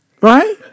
right